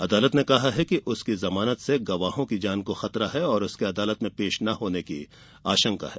अदालत ने कहा है कि उसकी जमानत से गवाहों की जान को खतरा है और उसके अदालत में पेश न होने की आशंका है